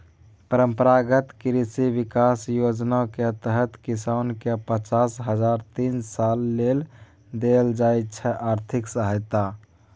परंपरागत कृषि बिकास योजनाक तहत किसानकेँ पचास हजार तीन सालक लेल देल जाइ छै आर्थिक सहायता